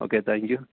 okay thank you